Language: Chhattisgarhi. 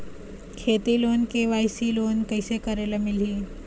खेती लोन के.वाई.सी लोन कइसे करे ले मिलही?